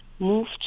moved